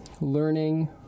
learning